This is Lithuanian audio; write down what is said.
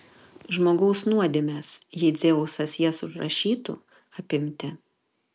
žmogaus nuodėmes jei dzeusas jas užrašytų apimti